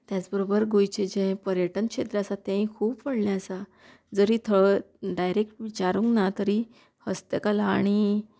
त्याच बरोबर गोंयचें जें पर्यटन क्षेत्र आसा तेंय खूब व्हडलें आसा जरी थं डायरेक्ट विचारूंक ना तरी हस्तकला आनी